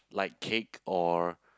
like cake or